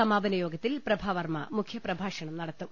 സമാപനയോഗത്തിൽ പ്രഭാവർമ്മ മുഖ്യപ്രഭാഷണം നടത്തും